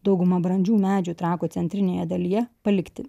dauguma brandžių medžių trakų centrinėje dalyje palikti